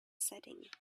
setting